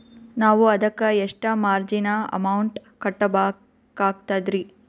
ನಾವು ಅದಕ್ಕ ಎಷ್ಟ ಮಾರ್ಜಿನ ಅಮೌಂಟ್ ಕಟ್ಟಬಕಾಗ್ತದ್ರಿ?